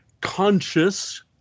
conscious